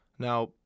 Now